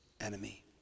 enemy